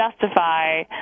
justify